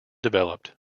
developed